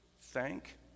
thank